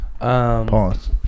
Pause